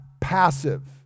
passive